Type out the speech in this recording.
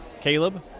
Caleb